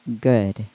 good